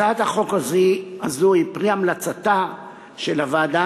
הצעת החוק הזאת היא פרי המלצותיה של הוועדה